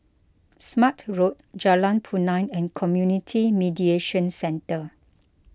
Smart Road Jalan Punai and Community Mediation Centre